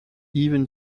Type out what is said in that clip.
even